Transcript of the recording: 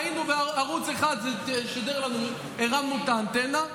ראינו ערוץ 1, זה שידר לנו, הרמנו את האנטנה,